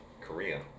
korea